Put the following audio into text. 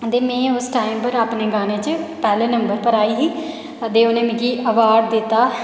ते में उस टाईम पर अपने गाने च पैह्ले नंबर पर आई ही ते उ'नें मिगी अवार्ड दित्ता